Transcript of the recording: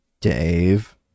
Dave